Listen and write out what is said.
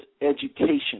education